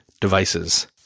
devices